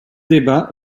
débat